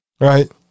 Right